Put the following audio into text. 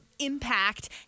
Impact